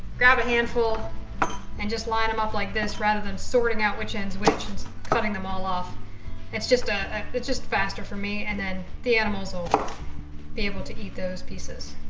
grab a handful and just line them up like this rather than sorting out which ends which and cutting them all off it's just a just faster for me and then the animals will be able to eat those pieces